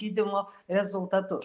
gydymo rezultatus